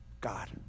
God